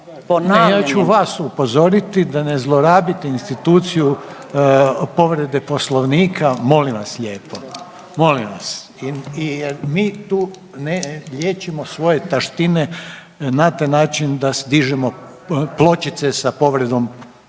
ja ću vas upozoriti da ne zlorabite instituciju povrede Poslovnika, molim vas lijepo, molim vas. I jer mi tu ne liječimo svoje taštine na taj način da dižemo pločice sa povredom Poslovnika.